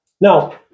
Now